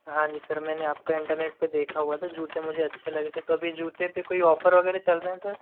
हाँ जी सर मैंने आपका इंटरनेट पे देखा हुआ था जूते मुझे अच्छे लगे थे तो अभी जूते पे कोई ऑफर वगैरह चल रहे हैं सर